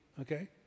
okay